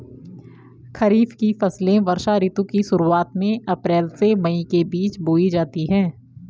खरीफ की फसलें वर्षा ऋतु की शुरुआत में, अप्रैल से मई के बीच बोई जाती हैं